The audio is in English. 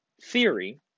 theory